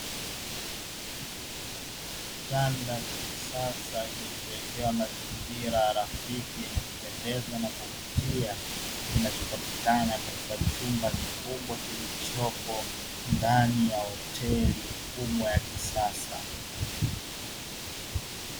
Kitanda cha kisasa kilichowekewa mazingira rafiki yenye kupendeza na kuvutia, kinachopatikana katika chumba kikubwa kilichopo ndani ya hoteli kubwa ya kisasa.